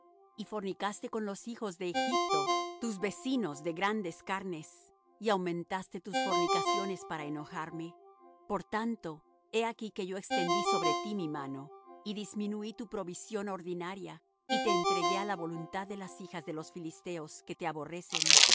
y multiplicaste tus fornicaciones y fornicaste con los hijos de egipto tus vecinos de grandes carnes y aumentaste tus fornicaciones para enojarme por tanto he aquí que yo extendí sobre ti mi mano y disminuí tu provisión ordinaria y te entregué á la voluntad de las hijas de los filisteos que te aborrecen